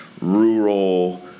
rural